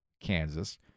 Kansas